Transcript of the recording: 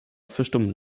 verstummen